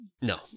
No